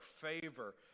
favor